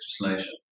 legislation